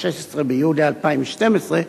16 ביולי 2012,